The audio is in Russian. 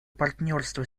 партнерство